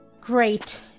Great